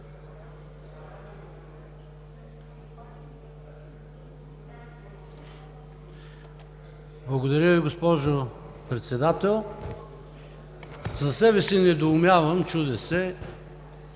Благодаря Ви, госпожо Председател. За себе си недоумявам, чудя се